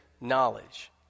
knowledge